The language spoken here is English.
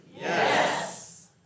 Yes